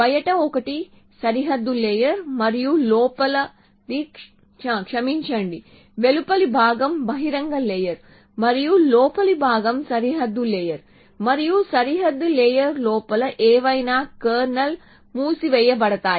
బయట ఒకటి సరిహద్దు లేయర్ మరియు లోపలిది క్షమించండి వెలుపలి భాగం బహిరంగ లేయర్ మరియు లోపలి భాగం సరిహద్దు లేయర్ మరియు సరిహద్దు లేయర్ లోపల ఏవైనా కెర్నల్ మూసివేయబడతాయి